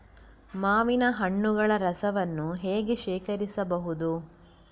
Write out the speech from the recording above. ಮಾವಿನ ಹಣ್ಣುಗಳ ರಸವನ್ನು ಹೇಗೆ ಶೇಖರಿಸಬಹುದು?